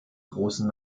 großen